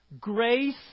Grace